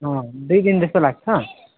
अँ दुई दिन जस्तो लाग्छ